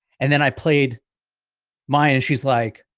and then i played my and she's like,